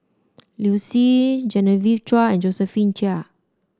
Liu Si Genevieve Chua and Josephine Chia